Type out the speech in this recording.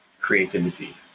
creativity